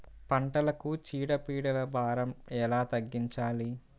పంటలకు చీడ పీడల భారం ఎలా తగ్గించాలి?